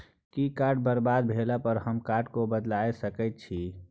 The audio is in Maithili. कि कार्ड बरबाद भेला पर हम कार्ड केँ बदलाए सकै छी?